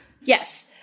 Yes